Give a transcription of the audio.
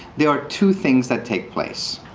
there are two things that take place.